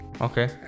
okay